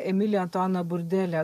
emilį antuaną burdelę